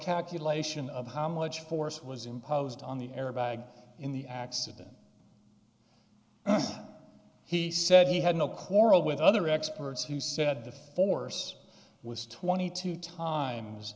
calculation of how much force was imposed on the airbag in the accident he said he had no quarrel with other experts who said the force was twenty two times